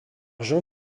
jean